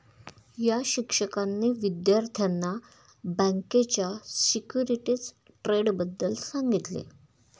या शिक्षकांनी विद्यार्थ्यांना बँकेच्या सिक्युरिटीज ट्रेडबद्दल सांगितले